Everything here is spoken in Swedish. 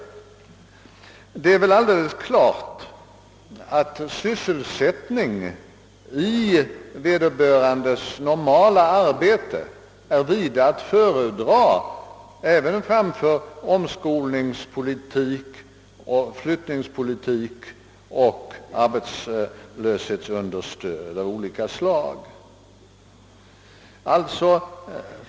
Det är väl alldeles klart att sysselsättning i människornas normala arbete är vida att föredra framför omskolning, flyttning och arbetslöshetsunderstöd av olika slag.